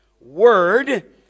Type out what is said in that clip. Word